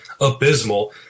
abysmal